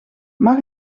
mag